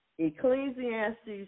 Ecclesiastes